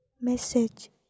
Message